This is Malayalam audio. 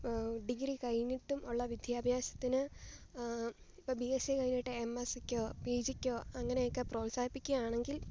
ഡിഗ്രി കഴിഞ്ഞിട്ടും ഉള്ള വിദ്യാഭ്യാസത്തിനു ഇപ്പോൾ ബി എസ് സി കഴിഞ്ഞിട്ട് എം എസ് സി ക്കോ പി ജിക്കോ അങ്ങനെയൊക്കെ പ്രോത്സാഹിപ്പിക്കാണെങ്കിൽ